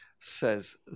says